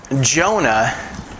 Jonah